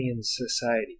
Society